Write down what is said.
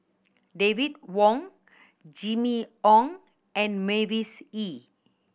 David Wong Jimmy Ong and Mavis Hee